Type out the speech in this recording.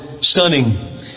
stunning